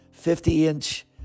50-inch